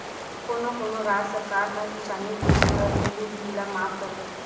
कोनो कोनो राज सरकार ह किसानी के पूरा बिजली बिल ल माफ कर देथे